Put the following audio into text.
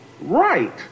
right